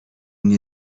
nie